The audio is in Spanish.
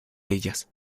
ellas